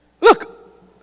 look